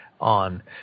On